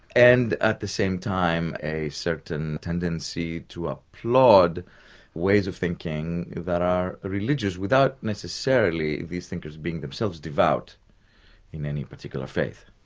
and at the same time a certain tendency to applaud ways of thinking that are religious without necessarily these thinkers being themselves devout in any particular faith.